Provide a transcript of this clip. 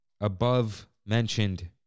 above-mentioned